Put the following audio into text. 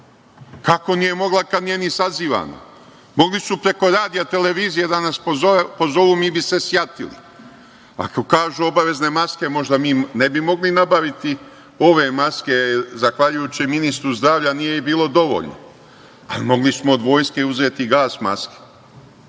Kako nije mogla, kad nije ni sazivana. Mogli su preko radija i televizije da nas pozovu, mi bi se sjatili. Ako kažu obavezne maske, možda mi ne bi mogli nabaviti ove maske zahvaljujući ministru zdravlja, nije ih bilo dovoljno, ali mogli smo od vojske uzeti gas masku,